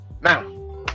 Now